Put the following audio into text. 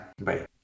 Bye